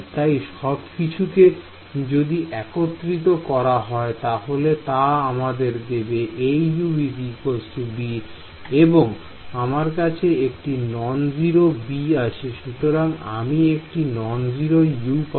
তাই সবকিছুকে যদি একত্রিত করা হয় তাহলে তা আমাদের দেবে Au b এবং আমার কাছে একটি নন 0 b আছে সুতরাং আমি একটি নন 0 u পাব